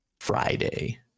Friday